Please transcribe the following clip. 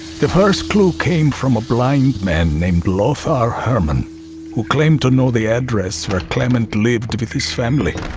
the first clue came from a blind man named lothar herman who claimed to know the address where klement lived with his family.